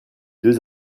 deux